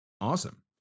awesome